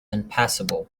impassable